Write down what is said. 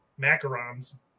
macarons